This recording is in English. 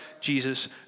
Jesus